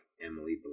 Emily